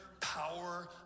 power